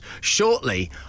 shortly